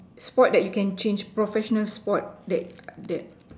sport that you can change professional sport that that